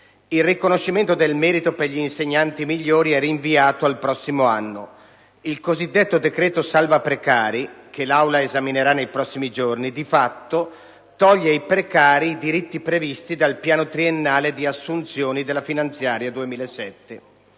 Il riconoscimento del merito per gli insegnanti migliori è rinviato al prossimo anno; il cosiddetto decreto salva precari, che l'Aula esaminerà nei prossimi giorni, di fatto, toglie ai precari i diritti previsti dal piano triennale di assunzioni della finanziaria 2007.